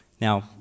Now